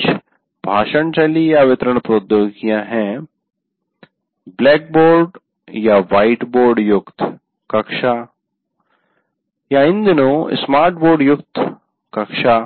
कुछ भाषणशैली वितरण प्रौद्योगिकियां हैं ब्लैकबोर्ड या व्हाइट बोर्ड युक्त कक्षा या इन दिनों स्मार्ट बोर्ड युक्त कक्षा